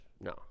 no